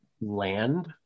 land